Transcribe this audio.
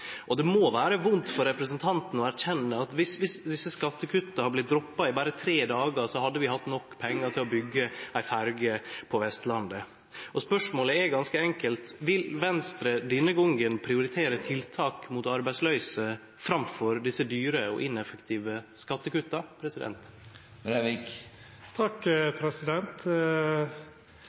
til. Det må vere vondt for representanten å erkjenne at om desse skattekutta hadde vorte droppa i berre tre dagar, hadde vi hatt nok pengar til å byggje ei ferje på Vestlandet. Spørsmålet er ganske enkelt: Vil Venstre denne gongen prioritere tiltak mot arbeidsløyse framfor desse dyre og ineffektive skattekutta?